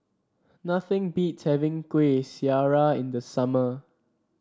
nothing beats having Kueh Syara in the summer